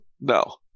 no